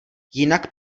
jinak